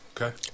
Okay